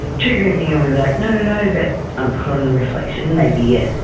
trigger anything. and we were like no, no, no' but upon reflection maybe ah